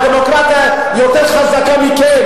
הדמוקרטיה יותר חזקה מכם,